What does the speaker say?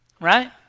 Right